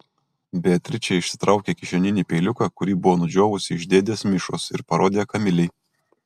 beatričė išsitraukė kišeninį peiliuką kurį buvo nudžiovusi iš dėdės mišos ir parodė kamilei